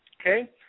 Okay